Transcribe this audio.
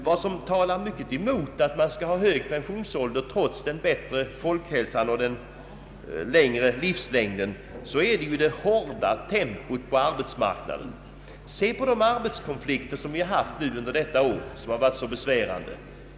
Vad som talar mycket emot en hög pensionsålder trots den bättre folkhälsan och den större livslängden är det hårda tempot på arbetsmarknaden. Se på de arbetskonflikter som ägt rum under detta år och som varit så besvärande!